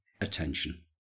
attention